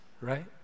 right